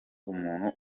umuntu